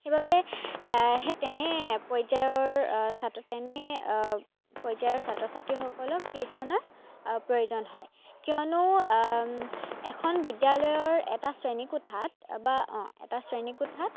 সেইবাবে সেই তেনে পৰ্যায়ৰ ছাত্ৰ তেনে পৰ্যায়ৰ ছাত্ৰ ছাত্ৰীসকলক টিউশ্যনৰ প্ৰয়োজন হয় কিয়নো এখন বিদ্যালয়ৰ এটা শ্ৰেণীকোঠাত বা এটা শ্ৰেণীকোঠাত